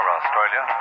Australia